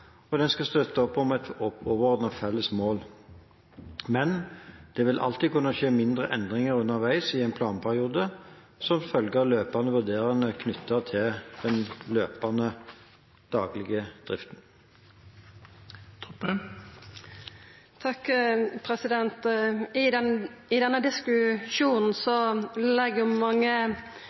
og den skal støtte opp om et overordnet felles mål. Men det vil alltid kunne skje mindre endringer underveis i en planperiode, som følge av løpende vurderinger knyttet til den daglige